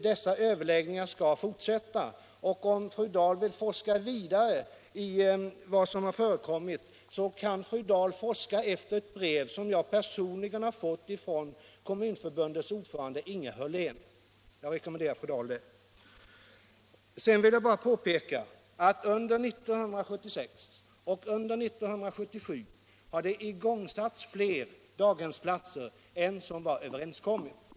Dessa överläggningar skall fortsätta, och om fru Dahl vill forska vidare i vad som har förekommit, kan fru Dahl söka efter ett brev som jag personligen har fått från Kommunförbundets ordförande Inge Hörlén. Jag rekommenderar fru Dahl att göra detta. Sedan vill jag bara påpeka att under 1976 och 1977 har igångsatts flera daghemsplatser än som var överenskommet.